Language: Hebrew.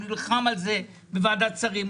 הוא נלחם על זה בוועדת שרים.